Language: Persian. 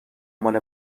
مال